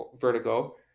vertigo